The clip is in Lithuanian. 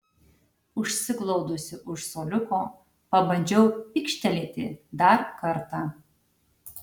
užsiglaudusi už suoliuko pabandžiau pykštelėti dar kartą